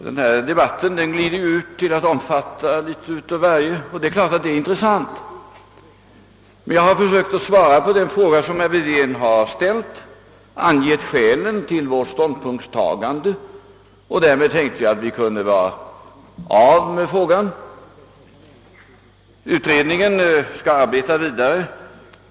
Herr talman! Denna debatt glider ju ut till att omfatta litet åv varje. De problem som tagits upp är naturligtvis intressanta, men vad jag försökte göra var att svara på den fråga som herr Wedén ställt. Jag har angivit skälen för vårt ståndpunktstagande, och därmed tänkte jag att vi kunde vara av med frågan. — Utredningen skall arbeta vidare.